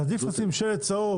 עדיף לשים שלט צהוב,